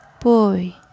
Boy